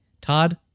Todd